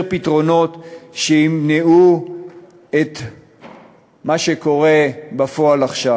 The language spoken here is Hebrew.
פתרונות שימנעו את מה שקורה בפועל עכשיו.